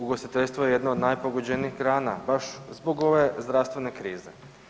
Ugostiteljstvo je jedno od najpogođenijih grana baš zbog ove zdravstvene krize.